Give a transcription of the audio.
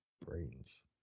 Brains